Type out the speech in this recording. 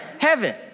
heaven